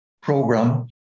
program